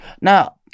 Now